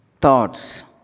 Thoughts